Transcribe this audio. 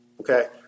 Okay